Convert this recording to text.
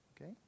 Okay